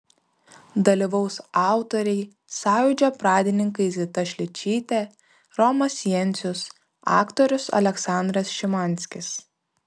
dalyvaus autoriai sąjūdžio pradininkai zita šličytė romas jencius aktorius aleksandras šimanskis